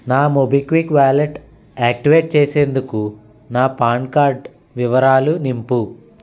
నా MobiKwik wallet activate చేసేందుకు నా పాన్ కార్డ్ వివరాలు నింపు